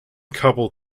couple